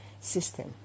system